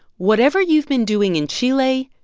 whatever you've been doing in chile,